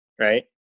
right